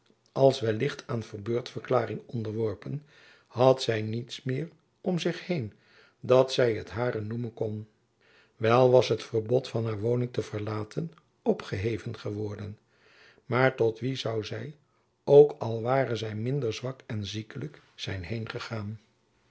als wellicht aan verbeurdverklaring onderworpen had zy niets meer om zich heen dat zy t hare noemen kon wel was het verbod van haar woning te verlaten opgeheven geworden maar tot wien zoû zy ook al ware zy minder zwak en ziekelijk zijn